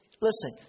Listen